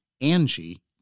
Angie